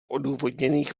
odůvodněných